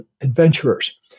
adventurers